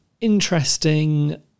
Interesting